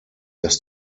dass